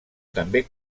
també